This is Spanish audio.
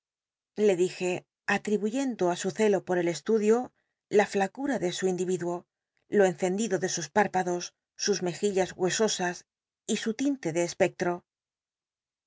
le elije atribuyelldo ü su celo por el estudio la flaclll'a de su indiyiduo lo encendido de sus p írpados sus mejillas huesosas y su tinte de espectro